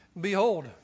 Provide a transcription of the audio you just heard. Behold